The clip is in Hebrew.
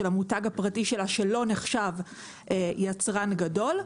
של המותג הפרטי שלה שלא נחשב יצרן גדול,